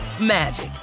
magic